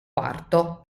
quarto